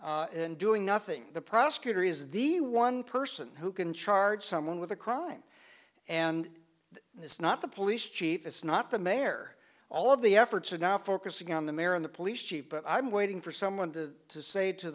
king and doing nothing the prosecutor is the one person who can charge someone with a crime and this is not the police chief it's not the mayor all of the efforts are now focusing on the mayor and the police chief but i'm waiting for someone to say to